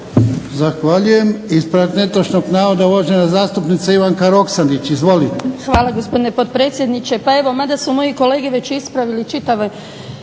Zahvaljujem. Ispravak netočnog navoda uvažena zastupnica Ivanka Roksandić. Izvolite. **Roksandić, Ivanka (HDZ)** Hvala lijepa gospodine potpredsjedniče. Pa evo mada su moje kolege već ispravili čitav